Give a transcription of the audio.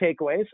takeaways